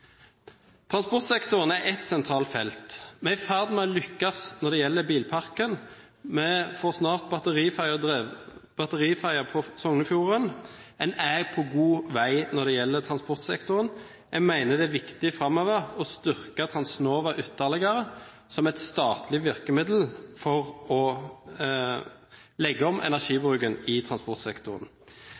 Transportsektoren er ett sentralt felt. Vi er i ferd med å lykkes når det gjelder bilparken. Vi får snart batteridrevet ferje på Sognefjorden. Vi er på god vei når det gjelder transportsektoren. Jeg mener det er viktig framover å styrke Transnova ytterligere som et statlig virkemiddel for å legge om energibruken i transportsektoren.